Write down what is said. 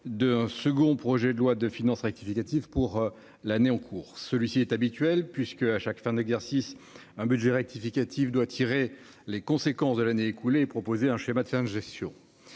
d'un second projet de loi de finances rectificative pour l'année en cours. Un tel schéma est habituel. À chaque fin d'exercice en effet, un budget rectificatif doit tirer les conséquences de l'année écoulée et proposer un schéma de fin de gestion.